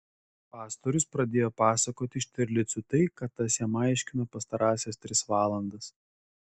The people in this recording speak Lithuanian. pastorius pradėjo pasakoti štirlicui tai ką tas jam aiškino pastarąsias tris valandas